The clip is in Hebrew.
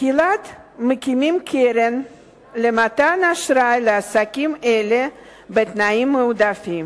תחילה מקימים קרן למתן אשראי לעסקים אלה בתנאים מועדפים,